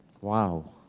wow